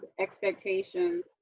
expectations